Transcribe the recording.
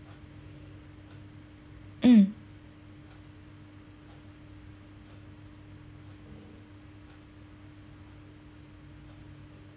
um